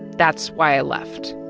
that's why i left.